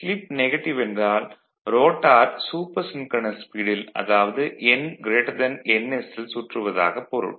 slip negative என்றால் rotor super synchronous ஸ்பீடில் அதாவது nns ல் சுற்றுவதாகப் பொருள்